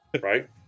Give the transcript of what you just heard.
right